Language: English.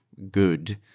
good